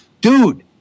dude